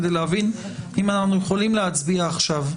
כדי להבין אם אנחנו יכולים להצביע עכשיו.